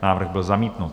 Návrh byl zamítnut.